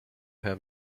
have